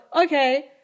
okay